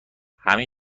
همین